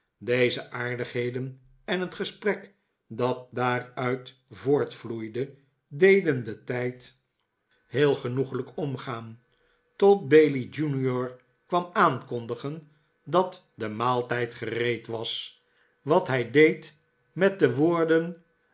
deze aardigheden en het gesprek dat daaruit voortvloeide deden den tijd heel genoeglijk omgaan tot bailey junior kwam aankondigen dat de maaltijd gereed was een feestmaal bij juffrouw todgers wat hij deed met de woorden